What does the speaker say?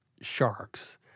sharks